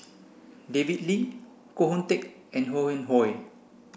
David Lee Koh Hoon Teck and Ho Yuen Hoe